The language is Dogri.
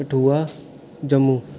कठुआ जम्मू